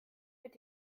mit